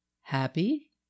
Happy